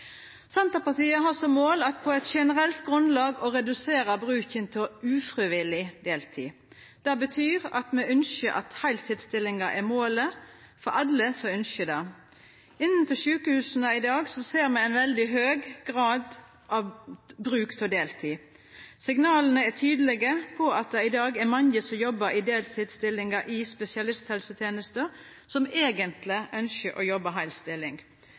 Senterpartiet har som mål, på generelt grunnlag, å redusera bruken av ufrivillig deltid. Det betyr at me ynskjer at heiltidsstillingar skal vera målet for alle som ynskjer det. I sjukehusa ser me i dag ein veldig høg grad av bruk av deltid. Signala er tydelege på at det i dag er mange som jobbar i deltidsstillingar i spesialisthelsetenesta, som eigentleg ynskjer å jobba i heil stilling.